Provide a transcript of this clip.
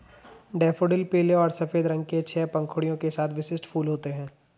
daffodil पीले और सफ़ेद रंग के छह पंखुड़ियों के साथ विशिष्ट फूल होते हैं